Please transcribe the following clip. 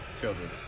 children